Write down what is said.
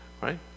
right